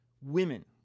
Women